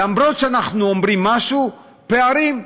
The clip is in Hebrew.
אף שאנחנו אומרים משהו, פערים.